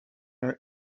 our